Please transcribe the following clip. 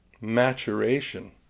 maturation